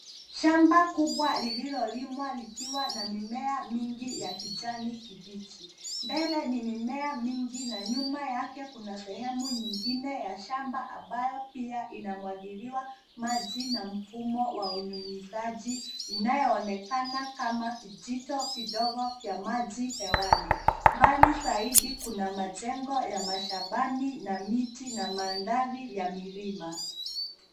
Shamba kubwa lililolimwa likiwa na mimea mingi ya kijani kibichi, mbele ni mimea mingi na nyuma yake kuna sehemu nyingine ya shamba ambayo pia inamwagiliwa maji na mfumo wa unyunyizaji inayoonekana kama vijito vidogo vya maji hewani. Mbali zaidi kuna majengo ya mashambani na miti na mandhari ya milima.